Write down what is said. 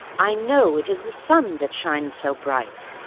i know it is the sun that shines so bright.